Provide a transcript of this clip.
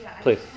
Please